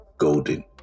golden